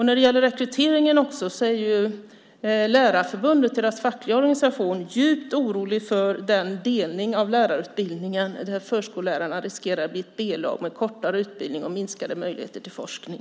När det gäller rekryteringen är deras fackliga organisation Lärarförbundet djupt orolig för delningen av lärarutbildningen där förskollärarna riskerar att bli ett B-lag med kortare utbildning och minskade möjligheter till forskning.